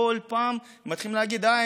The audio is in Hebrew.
כל פעם מתחילים להגיד: אה,